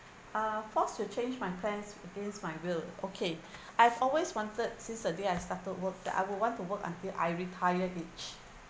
uh forced to change my plans against my will okay I've always wanted since the day I started work that I would want to work until my retire age